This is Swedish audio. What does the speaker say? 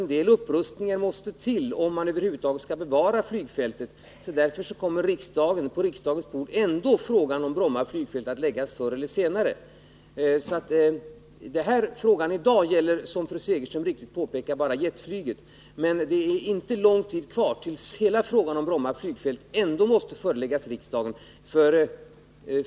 En del upprustning måste nämligen göras om man över huvud taget skall bevara flygfältet, och därför kommer ändå frågan om Bromma flygfält förr eller senare att läggas på riksdagens bord. Frågan i dag gäller, som fru Segerström mycket riktigt påpekar, bara jetflyget, men det är inte lång tid kvar till dess hela frågan om Bromma flygfält måste föreläggas riksdagen.